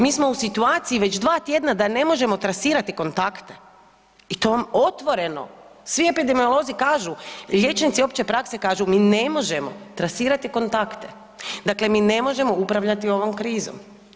Mi smo u situaciji već dva tjedna da ne možemo trasirati kontakte i to otvoreno svi epidemiolozi kažu, liječnici opće prakse kažu mi ne možemo trasirati kontakte, dakle mi ne možemo upravljati ovom krizom.